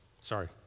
Sorry